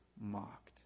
mocked